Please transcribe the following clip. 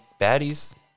baddies